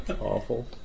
Awful